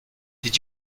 did